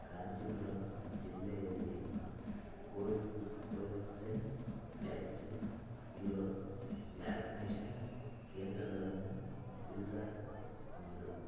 ಕಾಂಚೀಪುರಂ ಜಿಲ್ಲೆಯಲ್ಲಿ ಕೋವಿ Covaxin vaccine ಇರೋ ವ್ಯಾಕ್ಸಿನೇಷನ್ ಕೇಂದ್ರಗಳನ್ನು ಫಿಲ್ಲರ್ ಮಾಡು